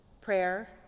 Prayer